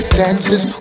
dances